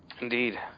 Indeed